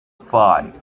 five